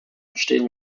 bestehen